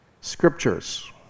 Scriptures